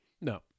No